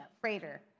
freighter